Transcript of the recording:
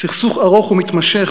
סכסוך ארוך ומתמשך,